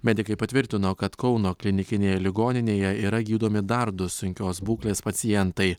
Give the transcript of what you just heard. medikai patvirtino kad kauno klinikinėje ligoninėje yra gydomi dar du sunkios būklės pacientai